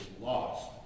lost